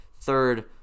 third